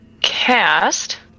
cast